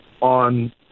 on